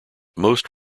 most